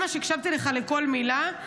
ממש הקשבתי לך לכל מילה,